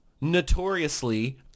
notoriously